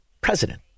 president